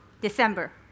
December